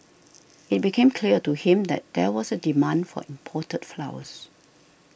it became clear to him that there was a demand for imported flowers